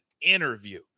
interview